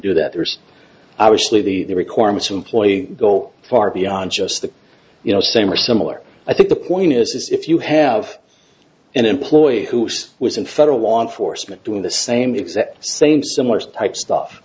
do that there's obviously the requirements employee go far beyond just the you know same or similar i think the point is if you have an employee who was in federal law enforcement doing the same exact same similar type stuff